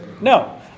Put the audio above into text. No